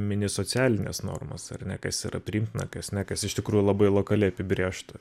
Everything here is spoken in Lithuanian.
mini socialinės normas ar ne kas yra priimtina kas ne kas iš tikrųjų labai lokali apibrėžta